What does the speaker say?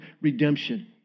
redemption